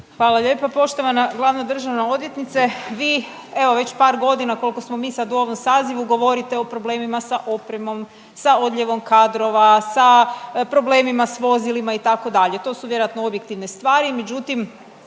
Hvala lijepa. Poštovana glavna državna odvjetnice. Vi evo već par godina koliko smo mi sad u ovom sazivu govorite o problemima sa opremom, sa odljevom kadrova, sa problemima s vozilima itd., to su vjerojatno objektivne stvari,